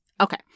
Okay